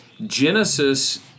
Genesis